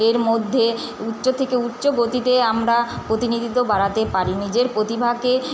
এর মধ্যে উচ্চ থেকে উচ্চ গতিতে আমরা প্রতিনিধিত্ব বাড়াতে পারি নিজের প্রতিভাকে